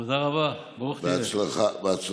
תודה רבה, אמן.